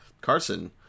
Carson